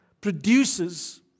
produces